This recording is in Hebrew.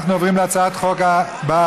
אנחנו עוברים להצעת החוק הבאה: